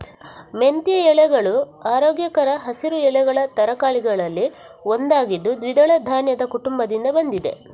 ಮೆಂತ್ಯ ಎಲೆಗಳು ಆರೋಗ್ಯಕರ ಹಸಿರು ಎಲೆಗಳ ತರಕಾರಿಗಳಲ್ಲಿ ಒಂದಾಗಿದ್ದು ದ್ವಿದಳ ಧಾನ್ಯದ ಕುಟುಂಬದಿಂದ ಬಂದಿದೆ